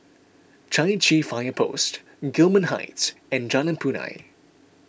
Chai Chee Fire Post Gillman Heights and Jalan Punai